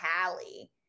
Hallie